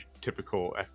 typical